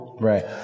Right